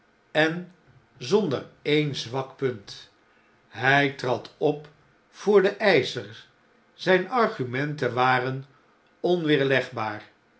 en zonder een zwak punt hy trad op voor den eischer zflne argumenten waren onweerlegbaar